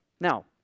Now